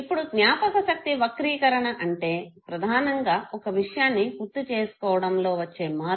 ఇప్పుడు జ్ఞాపకశక్తి వక్రీకరణ అంటే ప్రధానంగా ఒక విషయాన్ని గుర్తు చేసుకోవడంలో వచ్చే మార్పు